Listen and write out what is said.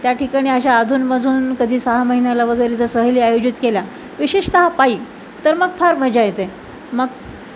त्याठिकाणी अशा अधूनमधून कधी सहा महिन्याला वगैरे जर सहली आयोजित केल्या विशेषतः पायी तर मग फार मजा येते मग